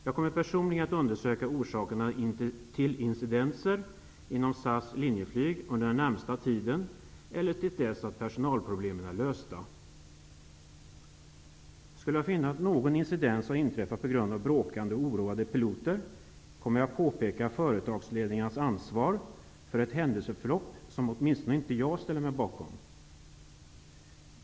Jag kommer personligen att undersöka orsakerna till incidenter inom SAS/Linjeflyg under den närmaste tiden, eller till dess personalproblemen är lösta. Skulle jag finna att någon incident har inträffat på grund av bråkande och oroade piloter, kommer jag att påpeka företagsledningarnas ansvar för ett händelseförlopp som åtminstone inte jag ställer mig bakom.